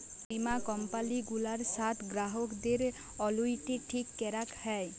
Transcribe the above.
বীমা কম্পালি গুলার সাথ গ্রাহকদের অলুইটি ঠিক ক্যরাক হ্যয়